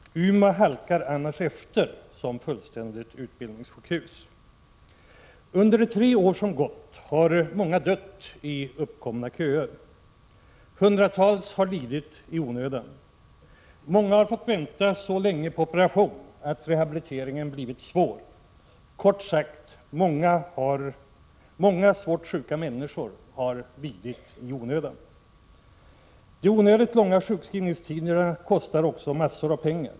Umeå halkar annars efter som fullständigt utbildningssjukhus. Under de tre år som gått har många dött i uppkomna köer. Hundratals har lidit i onödan. Många har fått vänta så länge på operation att rehabiliteringen blivit svår. Kort sagt: många svårt sjuka människor har farit illa. De onödigt långa sjukskrivningstiderna kostar också massor av pengar.